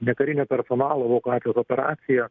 nekarinio personalo evakuacijos operacija